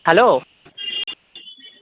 hello